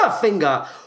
finger